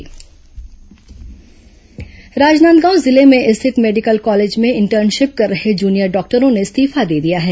judo इस्तीफा राजनादगांव जिले में स्थित मेडिकल कॉलेज में इंटर्नशिप कर रहे जूनियर डॉक्टरों ने इस्तीफा दे दिया है